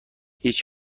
هیچ